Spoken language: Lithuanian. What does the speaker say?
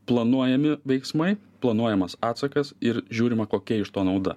planuojami veiksmai planuojamas atsakas ir žiūrima kokia iš to nauda